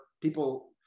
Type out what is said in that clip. people